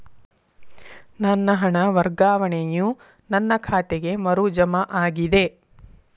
ನನ್ನ ಹಣ ವರ್ಗಾವಣೆಯು ನನ್ನ ಖಾತೆಗೆ ಮರು ಜಮಾ ಆಗಿದೆ